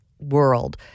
world